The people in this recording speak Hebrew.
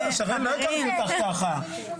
שרן, לא הכרנו אותך ככה.